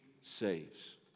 saves